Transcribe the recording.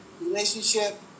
relationship